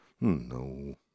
No